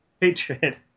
hatred